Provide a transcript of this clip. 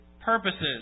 purposes